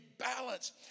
balance